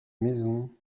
maison